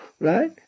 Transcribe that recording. right